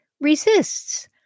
resists